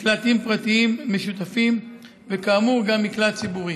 מקלטים פרטיים משותפים, וכאמור, גם מקלט ציבורי.